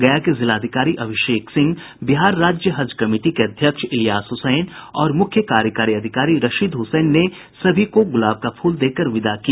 गया के जिलाधिकरी अभिषेक सिंह बिहार राज्य हज कमिटी के अध्यक्ष इलियास हुसैन और मुख्य कार्यकारी अधिकारी रशीद हुसैन ने सभी को गुलाब का फूल देकर विदा किया